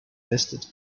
nested